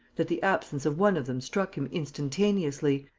that the absence of one of them struck him instantaneously,